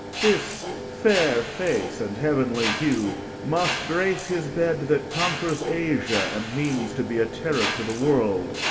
this fair face and heavenly hue must grace his bed that conquers asia, and means to be a terror to the world,